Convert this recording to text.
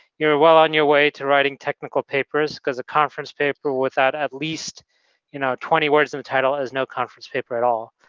you're well on your way to writing technical papers because a conference paper without at least you know twenty words in the title is no conference paper at all.